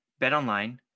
BetOnline